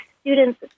students